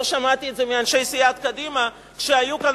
לא שמעתי את זה מאנשי סיעת קדימה כשהיו כאן